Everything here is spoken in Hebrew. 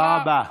תודה רבה.